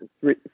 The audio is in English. Three